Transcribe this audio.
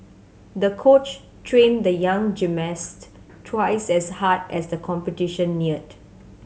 the coach trained the young gymnast twice as hard as the competition neared